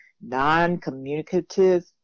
non-communicative